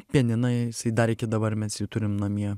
pianiną dar iki dabar mes jų turim namie